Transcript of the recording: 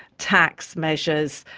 tax measures,